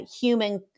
human